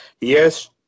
Yes